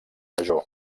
major